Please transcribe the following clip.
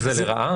זה לרעה?